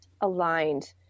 aligned